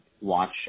watch